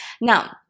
Now